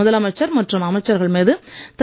முதலமைச்சர் மற்றும் அமைச்சர்கள் மீது திரு